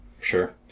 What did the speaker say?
Sure